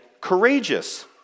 courageous